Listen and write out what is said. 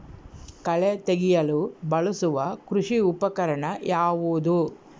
ಕಳೆ ತೆಗೆಯಲು ಬಳಸುವ ಕೃಷಿ ಉಪಕರಣ ಯಾವುದು?